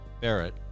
Barrett